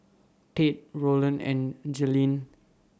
Tate Roland and Jailene